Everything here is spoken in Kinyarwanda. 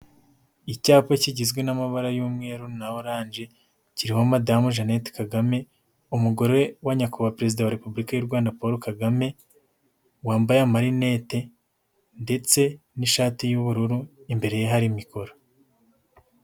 Icyapa kigizwe n'amabara y'umweru na oranje, kiriho madamu Jeanette Kagame, umugore wa nyakubahwa perezida wa Repubulika y'u Rwanda Paul Kagame, wambaye amarinete, ndetse n'ishati y'ubururu, imbere ye hari mikoro.